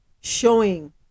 showing